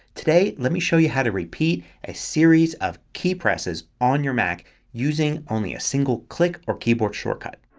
today let me show you how to repeat a series of key presses on your mac using only a single click or keyboard shortcut.